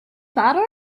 butter